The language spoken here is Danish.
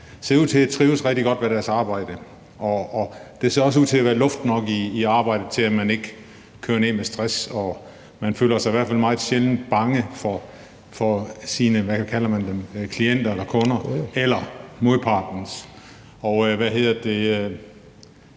ser ud til at trives rigtig godt med deres arbejde, og der ser også ud til at være luft nok i arbejdet til, at man ikke kører ned med stress, og man føler sig i hvert fald meget sjældent bange for sine – hvad kalder man dem – klienter eller kunder eller modpartens.